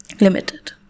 Limited